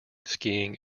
skiing